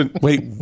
Wait